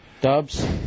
Dubs